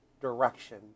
direction